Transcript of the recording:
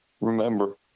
remember